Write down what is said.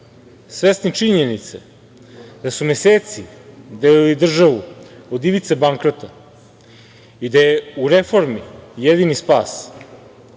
Svesni činjenice da su meseci delili državu od ivice bankrota i da je u reformi jedini spas,